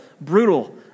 brutal